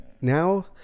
now